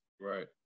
right